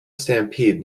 stampede